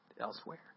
elsewhere